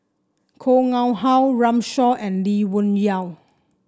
Koh Nguang How Runme Shaw and Lee Wung Yew